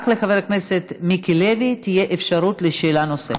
רק לחבר הכנסת מיקי לוי תהיה אפשרות לשאלה נוספת.